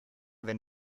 wenn